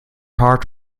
heart